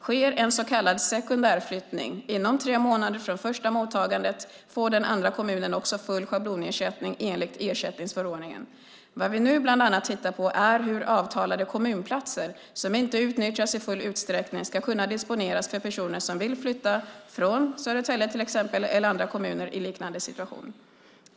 Sker en så kallad sekundärflyttning inom tre månader från första mottagandet får den andra kommunen också full schablonersättning enligt ersättningsförordningen. Vad vi nu bland annat tittar på är hur avtalade kommunplatser som inte utnyttjas i full utsträckning ska kunna disponeras för personer som vill flytta från Södertälje eller andra kommuner i liknande situation.